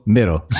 Middle